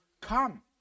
come